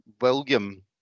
William